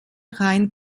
rhein